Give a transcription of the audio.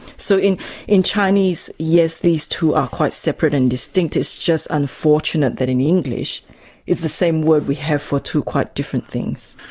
so in in chinese, yes these two are quite separate and distinctive. it's just unfortunate that in english it's the same word we have for two quite different things.